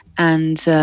and